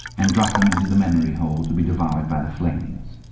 and dropped them into the memory hole to be devoured by the flames.